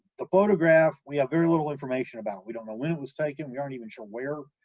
the photograph we have very little information about, we don't know when it was taken, we aren't even sure where,